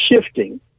shifting